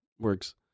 Works